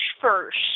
first